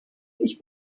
ich